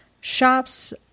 Shops